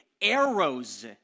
arrows